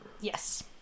Yes